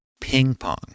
Ping-pong